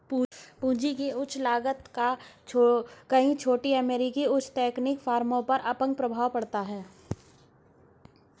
पूंजी की उच्च लागत का कई छोटी अमेरिकी उच्च तकनीकी फर्मों पर अपंग प्रभाव पड़ता है